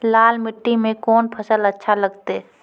लाल मिट्टी मे कोंन फसल अच्छा लगते?